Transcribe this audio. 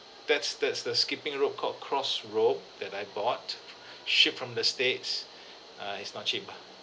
that's that's the skipping rope called cross rope that I bought shipped from the states err it's not cheap ah